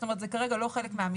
זאת אומרת: זה כרגע לא חלק מהמתווה.